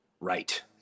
Right